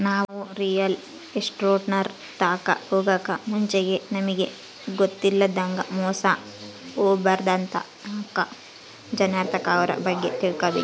ನಾವು ರಿಯಲ್ ಎಸ್ಟೇಟ್ನೋರ್ ತಾಕ ಹೊಗಾಕ್ ಮುಂಚೆಗೆ ನಮಿಗ್ ಗೊತ್ತಿಲ್ಲದಂಗ ಮೋಸ ಹೊಬಾರ್ದಂತ ನಾಕ್ ಜನರ್ತಾಕ ಅವ್ರ ಬಗ್ಗೆ ತಿಳ್ಕಬಕು